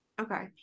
Okay